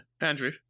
Andrew